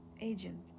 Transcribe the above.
agent